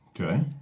Okay